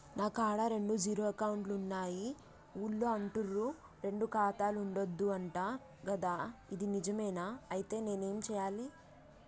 నా కాడా రెండు జీరో అకౌంట్లున్నాయి ఊళ్ళో అంటుర్రు రెండు ఖాతాలు ఉండద్దు అంట గదా ఇది నిజమేనా? ఐతే నేనేం చేయాలే?